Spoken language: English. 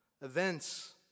Events